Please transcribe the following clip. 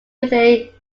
within